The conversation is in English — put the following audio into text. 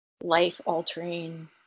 life-altering